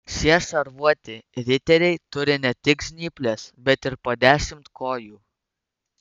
šie šarvuoti riteriai turi ne tik žnyples bet ir po dešimt kojų